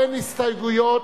אין הסתייגויות,